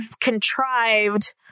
contrived